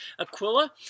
Aquila